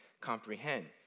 comprehend